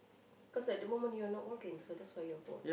cause at the moment you're not working so that's why you're bored